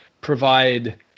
provide